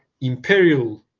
imperial